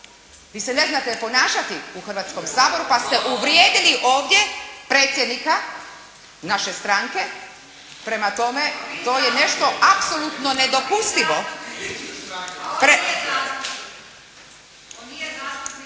vi se ne znate ponašati u Hrvatskome saboru pa ste uvijedili ovdje predsjednika naše stranke. Prema tome, to je nešto apsolutno nedopustivo.